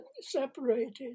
separated